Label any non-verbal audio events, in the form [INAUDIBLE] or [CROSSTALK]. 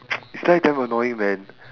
[NOISE] it's like damn annoying when